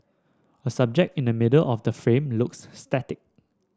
a subject in the middle of the frame looks static